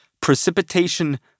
precipitation